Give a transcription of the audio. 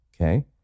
okay